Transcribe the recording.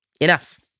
enough